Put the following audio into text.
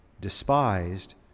despised